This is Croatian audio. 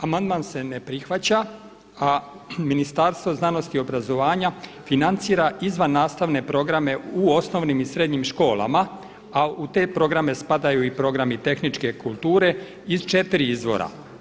Amandman se ne prihvaća, a Ministarstvo znanosti i obrazovanja financira izvan nastavne programe u osnovnim i srednjim školama, a u te programe spadaju i programi tehničke kulture iz četiri izvora.